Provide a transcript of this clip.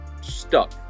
stuck